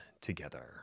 together